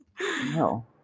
No